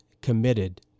committed